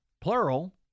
plural